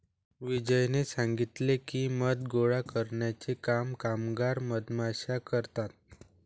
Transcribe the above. विजयने सांगितले की, मध गोळा करण्याचे काम कामगार मधमाश्या करतात